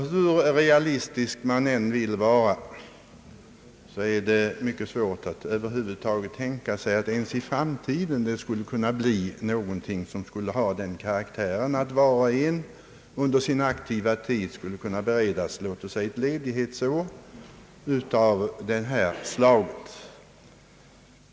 Hur realistisk man än vill vara är det mycket svårt att över huvud taget tänka sig att det ens i framtiden skulle kunna bli aktuellt med någonting av den karaktären att var och en under sin aktiva tid skulle kunna beredas låt oss säga ett ledighetsår av det här slaget.